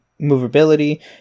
movability